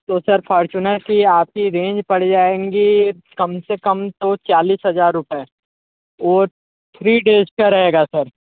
तो sir Fortuner की आपकी रेंज पड़ जाएगी कम से कम तो चालिस हज़ार रुपए और थ्री डेज़ का रहेगा सर